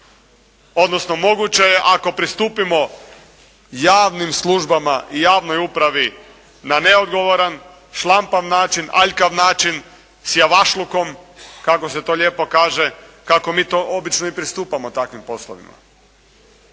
odnosno moguće je ako pristupimo javnim službama i javnoj upravi na neodgovoran, šlampav način, aljkav način s javašlukom kako se to lijepo kaže kako mi to obično i pristupamo takvim poslovima.